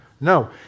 No